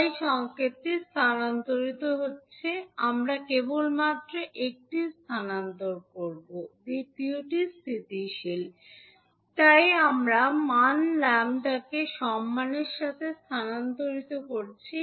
তাই সংকেতটি স্থানান্তরিত হচ্ছে আমরা কেবলমাত্র একটি স্থানান্তর করব দ্বিতীয়টি স্থিতিশীল তাই আমরা মান ল্যাম্বডাকে সম্মানের সাথে স্থানান্তরিত করছি